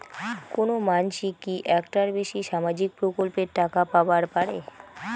কোনো মানসি কি একটার বেশি সামাজিক প্রকল্পের টাকা পাবার পারে?